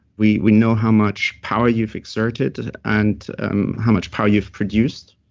we we know how much power you've exerted and um how much power you've produced.